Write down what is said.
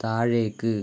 താഴേക്ക്